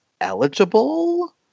eligible